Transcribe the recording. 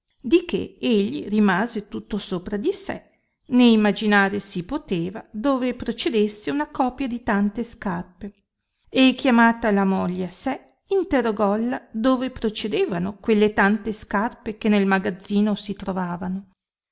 di che egli rimase tutto sopra di sé né imaginare si poteva dove procedesse una copia di tante scarpe e chiamata la moglie a sé interrogolla dove procedevano quelle tante scarpe che nel magazzino si trovavano